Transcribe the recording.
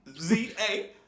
Z-A